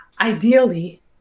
ideally